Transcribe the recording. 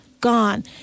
gone